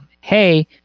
hey